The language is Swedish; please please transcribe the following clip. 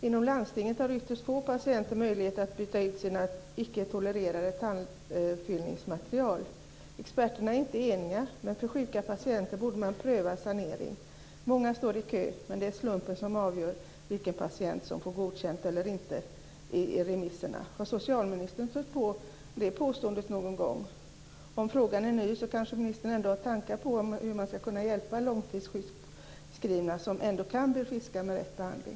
Inom landstinget har ytterst få patienter möjlighet att byta ut sina icke-tolererade tandfyllningsmaterial. Experterna är inte eniga, men för sjuka patienter borde man pröva sanering. Många står i kö, men det är slumpen som avgör vilken patient som får godkänt eller inte i remisserna. Har socialministern stött på påståendet någon gång? Om frågan är ny kanske ministern har tankar på hur det går att hjälpa långtidssjukskrivna som kan bli friska med rätt behandling.